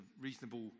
reasonable